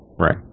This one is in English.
Right